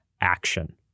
action